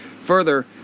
Further